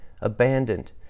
abandoned